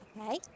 Okay